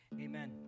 Amen